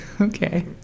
okay